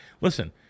listen